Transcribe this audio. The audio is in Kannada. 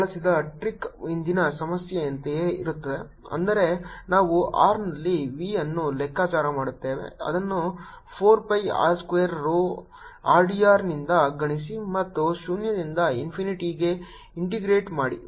ಬಳಸಿದ ಟ್ರಿಕ್ ಹಿಂದಿನ ಸಮಸ್ಯೆಯಂತೆಯೇ ಇರುತ್ತದೆ ಅಂದರೆ ನಾವು r ನಲ್ಲಿ v ಅನ್ನು ಲೆಕ್ಕಾಚಾರ ಮಾಡುತ್ತೇವೆ ಇದನ್ನು 4 pi r square rho r d r ನಿಂದ ಗುಣಿಸಿ ಮತ್ತು ಶೂನ್ಯದಿಂದ ಇನ್ಫಿನಿಟಿಗೆ ಇಂಟಿಗ್ರೇಟ್ ಮಾಡಿ